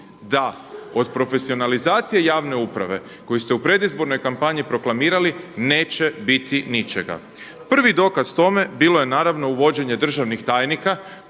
da od profesionalizacije javne uprave koju ste u predizbornoj kampanji proklamirali neće biti ničega. Prvi dokaz tome bilo je naravno uvođenje državnih tajnika